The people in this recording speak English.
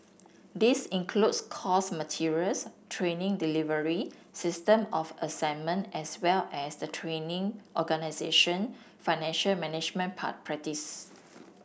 this includes course materials training delivery system of assessment as well as the training organisation financial management practice